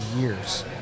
years